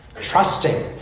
trusting